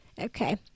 Okay